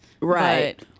Right